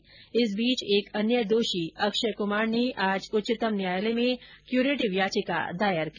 हार के इस बीच एक अन्य दोषी अक्षय कुमार ने आज उच्चतम न्यायालय में क्यूरेटिव याचिका दायर की